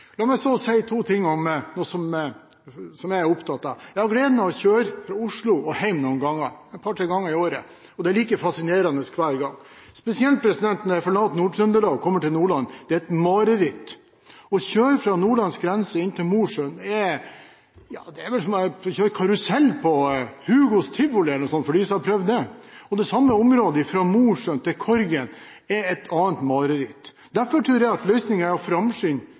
La meg så si to ting om noe som jeg er opptatt av. Jeg har gleden av å kjøre fra Oslo og hjem noen ganger – en to, tre ganger i året – og det er like fascinerende hver gang. Spesielt når jeg forlater Nord-Trøndelag og kommer til Nordland. Det er et mareritt. Å kjøre fra Nordlands grense og inn til Mosjøen er som å kjøre karusell på Hugos tivoli eller noe sånt – for dem som har prøvd det. Og å kjøre fra Mosjøen til Korgen – i det samme området – er et annet mareritt. Derfor tror jeg at løsningen er å framskynde